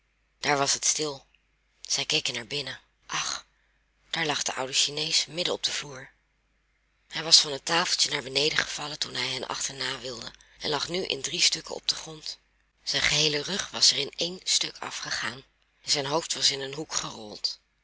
daar was het stil zij keken naar binnen ach daar lag de oude chinees midden op den vloer hij was van het tafeltje naar beneden gevallen toen hij hen achterna wilde en lag nu in drie stukken op den grond zijn geheele rug was er in één stuk afgegaan en zijn hoofd was in een hoek gerold